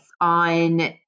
on